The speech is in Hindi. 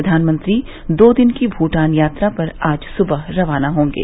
प्रधानमंत्री दो दिन की भूटान यात्रा पर आज सुबह रवाना होंगे